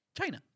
China